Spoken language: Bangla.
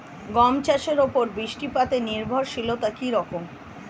গম চাষের উপর বৃষ্টিপাতে নির্ভরশীলতা কী রকম?